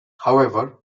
however